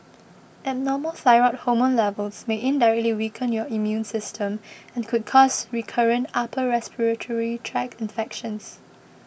abnormal thyroid hormone levels may indirectly weaken your immune system and could cause recurrent upper respiratory tract infections